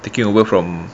taking over from